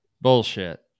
Bullshit